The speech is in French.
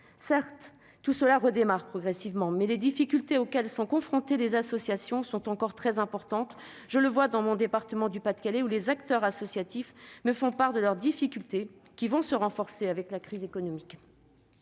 associatives redémarrent progressivement, mais les problèmes auxquels sont confrontées les associations sont encore très importants. Je le vois dans mon département du Pas-de-Calais, où les acteurs associatifs me font part de leurs difficultés, qui vont croître avec la crise économique.